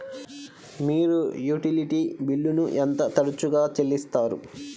మీరు యుటిలిటీ బిల్లులను ఎంత తరచుగా చెల్లిస్తారు?